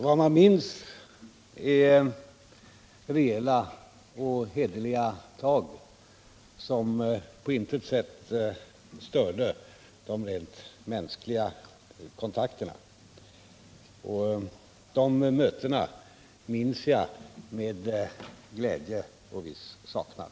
Vad man minns är rejäla och hederliga tag som på intet sätt störde de rent mänskliga kontakterna. De mötena minns jag med glädje och viss saknad.